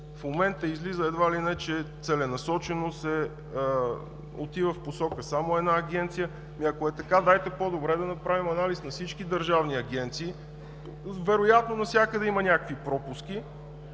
в момента излиза едва ли не, че целенасочено се отива в посока само на една агенция. Ако е така дайте по-добре да направим анализ на всички държавни агенции. Вероятно навсякъде има някакви пропуски